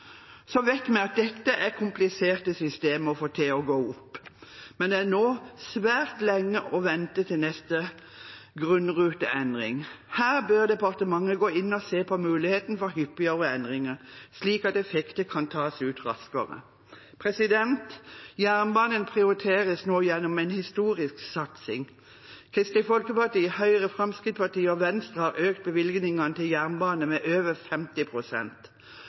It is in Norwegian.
Så vet vi at dette er kompliserte systemer å få til å gå opp, men det er nå svært lenge å vente til neste grunnruteendring. Her bør på departementet gå inn og se på muligheten for hyppigere endringer, slik at effekter kan tas ut raskere. Jernbanen prioriteres nå gjennom en historisk satsing. Kristelig Folkeparti, Høyre, Fremskrittspartiet og Venstre har økt bevilgningene til jernbanen med over